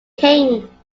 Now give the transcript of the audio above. king